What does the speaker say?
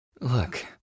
Look